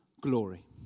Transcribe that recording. glory